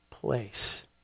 place